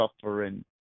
suffering